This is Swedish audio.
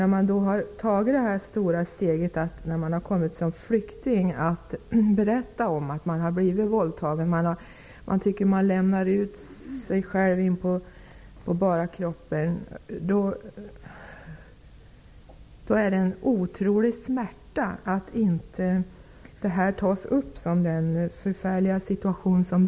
När man efter att ha kommit som flykting har tagit det stora steget att berätta om att man blivit våldtagen, vilket gör att man tycker att man lämnar ut sig själv in på bara kroppen, innebär det en otrolig smärta att saken inte tas upp som det förfärliga det är.